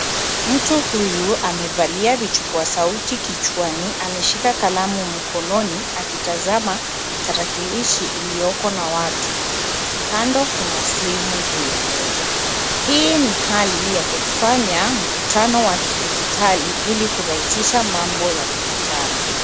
Mtu huyu amevalia vichukua sauti kichwani ameshika kalamu mkononi akitazama tarakilishi ilioko na watu. Kando kuna simu juu ya meza. Hii ni hali ya kufanya mkutano wa kidijitali ili kurahihisha mambo ya kupatana.